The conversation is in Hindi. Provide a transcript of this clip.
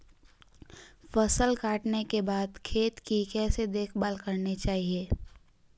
फसल काटने के बाद खेत की कैसे देखभाल करनी चाहिए?